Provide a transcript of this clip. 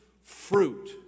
fruit